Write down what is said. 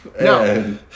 No